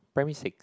primary six